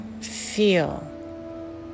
feel